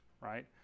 right